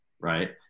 right